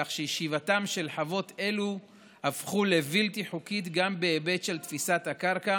כך שישיבתן של חוות אלה הפכה לבלתי חוקית גם בהיבט של תפיסת הקרקע